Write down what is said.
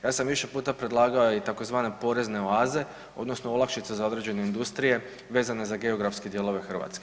Ja sam više puta predlagao i tzv. porezne oaze odnosno olakšice za određene industrije vezane za geografske dijelove Hrvatske.